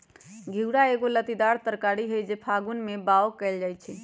घिउरा एगो लत्तीदार तरकारी हई जे फागुन में बाओ कएल जाइ छइ